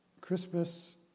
Christmas